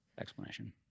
explanation